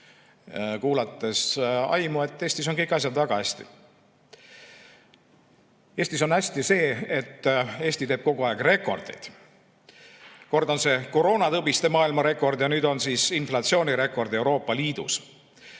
kuulates aimu, et Eestis on kõik asjad väga hästi. Eestis on hästi see, et Eesti teeb kogu aeg rekordeid. Kord on see koroonatõbiste maailmarekord ja nüüd on siis inflatsioonirekord Euroopa Liidus.